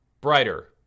brighter